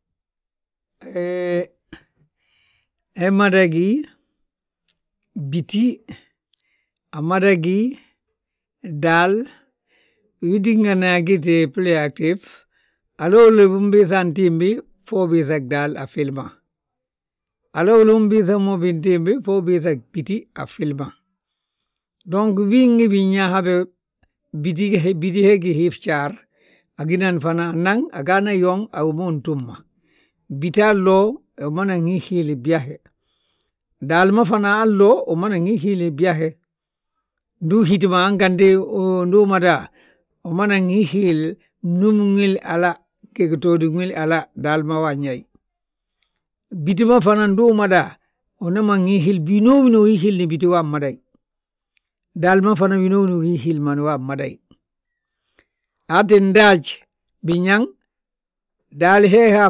he mada gí bíti, amada gí daal, wi tíngani a giti. Haloolo umbiiŧa antiimbi, ho ubiiŧa gdaal a fili ma. Haloolo, unbiiŧam bo bintiimbi fo ubiiŧa gbíti a fili ma, dong winwi binyaa habe? Bíti he gí hii fjaar, agínan, fana, agaana yooŋ a wima utúmma. Bítaa lloo, umanan hihiili byahe, daal ma fana aa lloo umanan hihiili byahe. Ndu uhítima anganti, ndu umada, manan hihiili, gnúmin wil hala, ngi gitóodin wil hala, daali ma wa anyaayi. Bíti ma fanan ndu umada, umanan hihiili, winooni uhihiil bíti wa ammaday, daal ma fana winooni uhihiilman wa ammaday. Aa ttin daaj biñaŋ, daal hee ha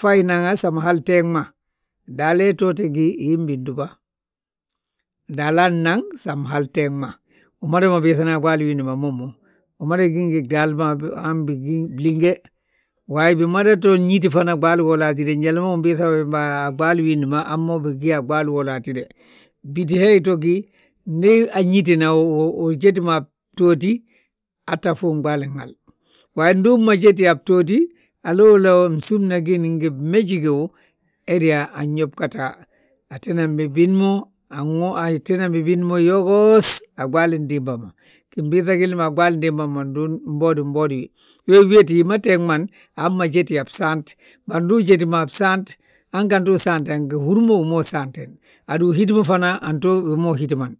fayi naŋ san hali teeŋ ma, daal he to gí hin bindúba. Daalaa nnaŋ san hal teeŋma, umadama biiŧana a ɓaali wiindi ma momu. Umada ngi gdaali ma han bigí blínge, ha bimada to ñiti fana ɓaali wola hatíde, njali ma unbiiŧa bembe a ɓaali wiindi ma hamma biga a ɓaali wolla hatíde. Bíti hee to gí nda añitina, ujetima btooti, aa tta fuuŋi ɓaalin hal. Waayi ndu uu mma jéti a btooti, haloolo unsúmna gí ngi uméji gíw, hede anñób ga taa. Atinan bi bin mo, yogoos a ɓaalin diimba ma, ginbiiŧa gilli ma a ɓaalin diimba ma mboodi mboodi wi. We wéeti hi ma teeŋman aa mma jéti a bsaant, bari ndu ujétima a bsaant, hanganti usaante angí húr mo wi ma usaantini. Hadu uhítima fana anto wi ma uhítiman.